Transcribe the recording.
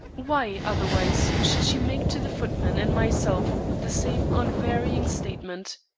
why, otherwise, should she make to the footman and myself the same unvarying statement?